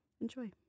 enjoy